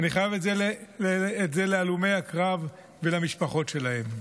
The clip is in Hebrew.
אני חייב את זה להלומי הקרב ולמשפחות שלהם.